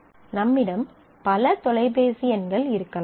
நம்மிடம் பல தொலைபேசி எண்கள் இருக்கலாம்